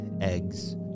eggs